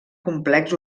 complex